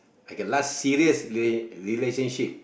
okay last serious relationship